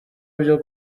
byo